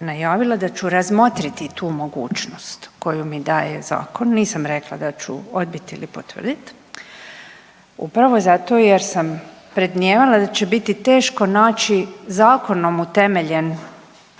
najavila da ću razmotriti tu mogućnost koju mi daje zakon, nisam rekla da ću odbit ili potvrdit upravo zato jer sam predmnijevala da će biti teško naći zakonom utemeljen